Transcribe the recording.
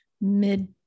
mid